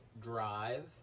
drive